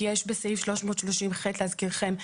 כי יש בסעיף 330ח להזכירכם,